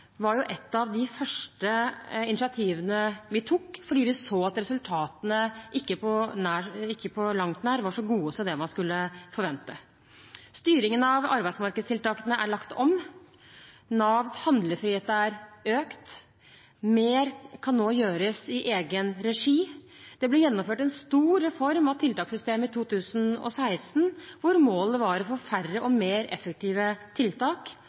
var nettopp styringen av Nav noe av det første vi tok initiativ til, fordi vi så at resultatene ikke på langt nær var så gode som det man skulle forvente. Styringen av arbeidsmarkedstiltakene er lagt om. Navs handlefrihet er økt. Mer kan nå gjøres i egen regi. Det ble gjennomført en stor reform av tiltakssystemet i 2016, hvor målet var å få færre og mer effektive tiltak.